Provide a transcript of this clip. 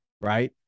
Right